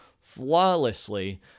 flawlessly